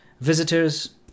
visitors